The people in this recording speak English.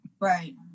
Right